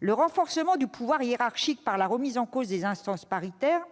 Le renforcement du pouvoir hiérarchique par la remise en question des instances paritaires,